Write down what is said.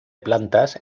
plantas